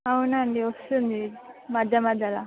అవునాండి వస్తుంది మధ్య మధ్యలో